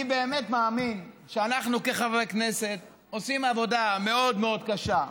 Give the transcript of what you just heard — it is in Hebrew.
אני באמת מאמין שאנחנו כחברי כנסת עושים עבודה מאוד מאוד קשה,